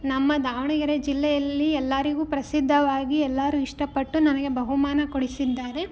ನಮ್ಮ ದಾವಣಗೆರೆ ಜಿಲ್ಲೆಯಲ್ಲಿ ಎಲ್ಲರಿಗೂ ಪ್ರಸಿದ್ಧವಾಗಿ ಎಲ್ಲರೂ ಇಷ್ಟಪಟ್ಟು ನನಗೆ ಬಹುಮಾನ ಕೊಡಿಸಿದ್ದಾರೆ